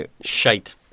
Shite